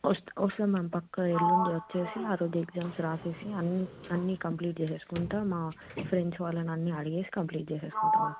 వస్తా వస్తాను మ్యామ్ పక్క ఎల్లుండి వచ్చి ఆ రోజు ఎగ్జామ్స్ రాసి అన్ని అన్నీ కంప్లీట్ చేసుకుంటాను మా ఫ్రెండ్స్ వాళ్ళని అన్ని అడిగి కంప్లీట్ చేసుకుంటాను మ్యామ్